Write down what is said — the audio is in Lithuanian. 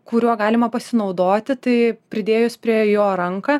kuriuo galima pasinaudoti tai pridėjus prie jo ranką